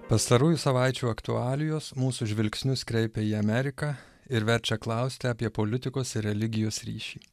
pastarųjų savaičių aktualijos mūsų žvilgsnius kreipia į ameriką ir verčia klausti apie politikos ir religijos ryšį